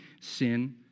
sin